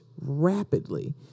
rapidly